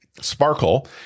Sparkle